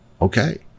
Okay